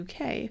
UK